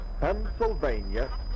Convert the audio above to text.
Pennsylvania